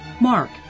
Mark